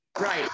right